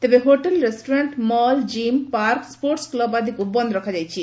ତେବେ hotel restaurant mall gym park sports club ଆଦିକୁ ବନ୍ଦ୍ ରଖାଯାଇଛି